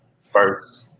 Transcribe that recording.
first